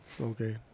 okay